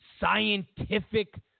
scientific